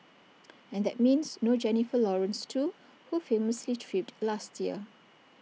and that means no Jennifer Lawrence too who famously tripped last year